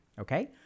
Okay